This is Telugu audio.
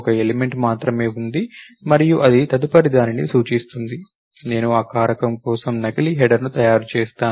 ఒక ఎలిమెంట్ మాత్రమే ఉంది మరియు అది తదుపరి దానిని సూచిస్తుంది నేను ఆ కారకం కోసం నకిలీ హెడర్ని తయారు చేస్తాను